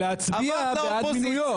ולהצביע בעד מינויו.